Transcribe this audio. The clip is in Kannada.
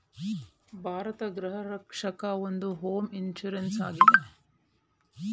ಭಾರತ್ ಗೃಹ ರಕ್ಷ ಒಂದು ಹೋಮ್ ಇನ್ಸೂರೆನ್ಸ್ ಆಗಿದೆ